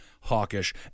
hawkish